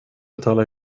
betalar